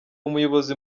umuyobozi